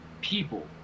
people